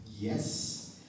Yes